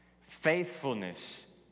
Faithfulness